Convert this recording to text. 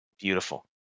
beautiful